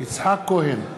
יצחק כהן,